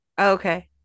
okay